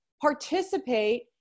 participate